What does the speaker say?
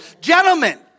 Gentlemen